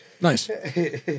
Nice